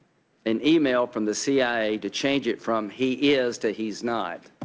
an email from the c i a. to change it from he is to he is not